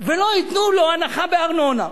ולא ייתנו לו הנחה בארנונה.